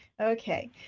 Okay